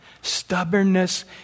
Stubbornness